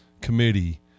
committee